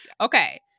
Okay